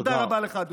תודה רבה לך, אדוני.